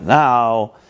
now